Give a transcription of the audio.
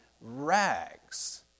rags